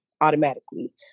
automatically